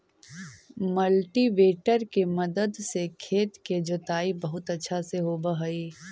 cultivator के मदद से खेत के जोताई बहुत अच्छा से होवऽ हई